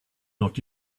not